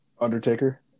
Undertaker